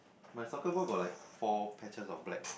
my soccer ball got like four patches of black